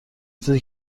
چیزی